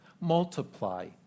multiply